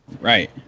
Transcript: Right